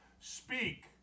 speak